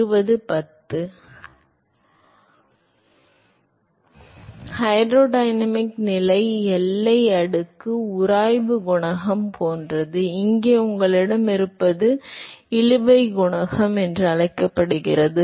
எனவே ஹைட்ரோடினமிக் நிலை எல்லை அடுக்கு உராய்வு குணகம் போன்றது இங்கே உங்களிடம் இருப்பது இழுவை குணகம் என்று அழைக்கப்படுகிறது